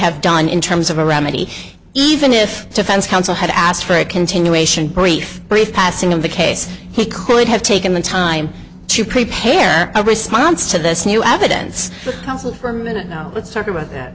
have done in terms of a remedy even if the defense counsel had asked for a continuation brief brief passing of the case he could have taken the time to prepare a response to this new evidence the counsel for minute now let's talk about that